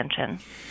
attention